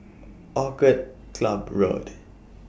Orchid Club Road